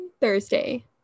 Thursday